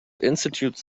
institutes